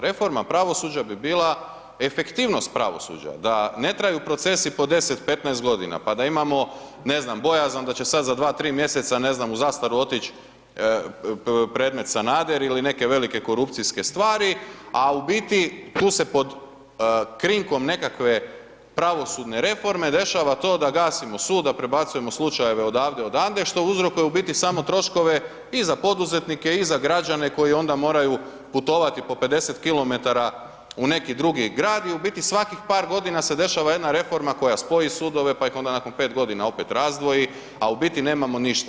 Reforma pravosuđa bi bila efektivnost pravosuđa, da ne traju procesi po 10-15 g. pa da imamo ne znam, bojazan da će sada za 2-3 mj. ne znam u zastaru otići predmet Sanader ili neke velike korupcijske stvari, a u biti, tu se pod krinkom nekakve pravosudne reforme, dešava to da gasimo sud, da prebacujemo slučajeve odavde, odande, što uzrokuje u biti, samo troškove i za poduzetnike i za građane, koji onda moraju popovati po 50 km u neki drugi grad i u biti svakih par godina se dešava jedna reforma koja spoji sudove, pa ih onda nakon 5 g. opet razdvoji, a u biti nemamo ništa.